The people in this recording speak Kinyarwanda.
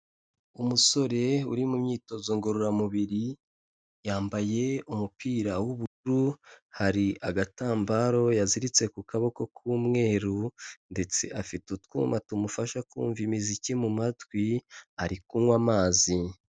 Umusore uri mu myitozo ngororamubiri yambaye umupira w'ubururu, hari agatambaro yaziritse ku kaboko k'umweru ndetse afite utwuma tumufasha kumva imiziki mu matwi, ari kunywa amazi.